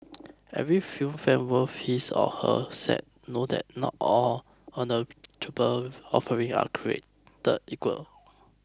every film fan worth his or her salt know that not all ignoble offering are created equal